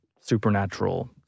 supernatural